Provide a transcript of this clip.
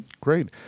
Great